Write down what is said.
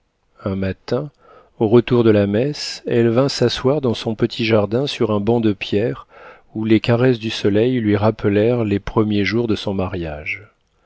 un matin au retour de la messe elle vint s'asseoir dans son petit jardin sur un banc de pierre où les caresses du soleil lui rappelèrent les premiers jours de son mariage